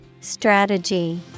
Strategy